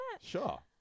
Sure